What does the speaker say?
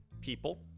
people